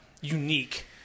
unique